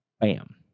bam